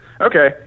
Okay